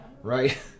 right